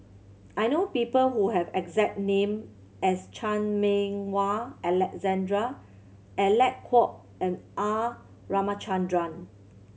I know people who have the exact name as Chan Meng Wah Alexander Alec Kuok and R Ramachandran